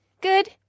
Good